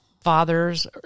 father's